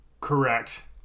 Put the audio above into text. Correct